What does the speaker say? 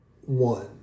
one